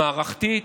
מערכתית,